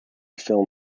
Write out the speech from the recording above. film